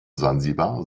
sansibar